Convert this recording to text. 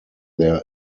their